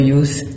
use